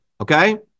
okay